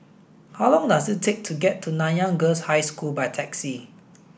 how long does it take to get to Nanyang Girls' High School by taxi